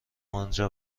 آنجا